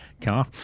car